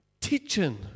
teaching